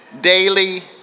Daily